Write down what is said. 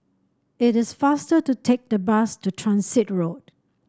it is faster to take the bus to Transit Road